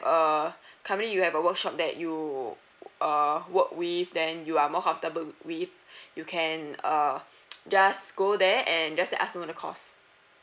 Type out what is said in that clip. uh currently you have a workshop that you uh work with then you are more comfortable with you can err just go there and just let us know the cost